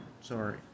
Sorry